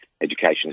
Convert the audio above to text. education